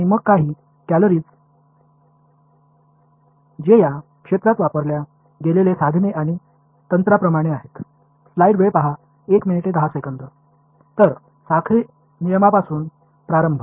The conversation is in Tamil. மற்றும் இந்த பகுதியில் பயன்படுத்தப்படும் கருவிகள் மற்றும் நுட்பங்கள் பற்றிய இணைப்புகளையும் பார்ப்போம்